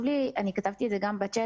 כתבתי גם בצ'ט,